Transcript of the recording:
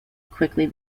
quickly